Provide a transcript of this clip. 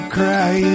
cry